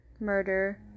murder